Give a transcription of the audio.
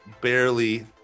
barely